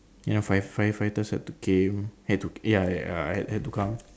ya fire firefighters had to came had to ya ya had to come